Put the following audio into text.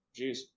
Jeez